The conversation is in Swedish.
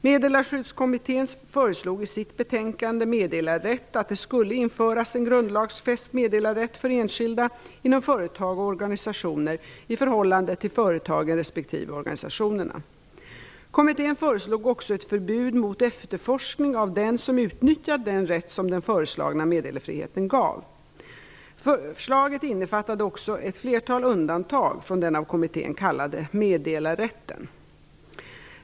Meddelarskyddskommittén föreslog i sitt betänkande Meddelarrätt att det skulle införas en grundlagsfäst meddelarrätt för enskilda inom företag och organisationer i förhållande till företagen respektive organisationerna. Kommittén föreslog också ett förbud mot efterforskning av den som utnyttjat den rätt som den föreslagna meddelarfriheten gav. Förslaget innefattade också ett flertal undantag från den av kommittén kallade meddelarrätten.